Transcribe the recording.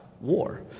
war